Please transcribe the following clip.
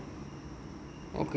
okay